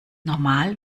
normal